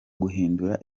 guhindura